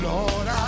Lord